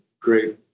great